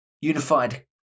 Unified